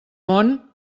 món